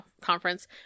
conference